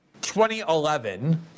2011